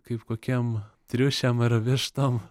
kaip kokiem triušiam ar vištom